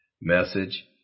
message